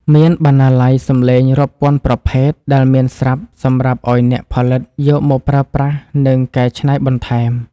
មានបណ្ណាល័យសំឡេងរាប់ពាន់ប្រភេទដែលមានស្រាប់សម្រាប់ឱ្យអ្នកផលិតយកមកប្រើប្រាស់ និង កែច្នៃបន្ថែម។